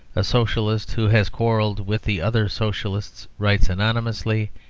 a socialist who has quarrelled with the other socialists writes anonymously,